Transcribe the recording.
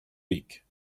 week